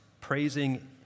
praising